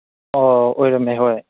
ꯑꯣ ꯑꯣꯏꯔꯝꯃꯦ ꯍꯣꯏ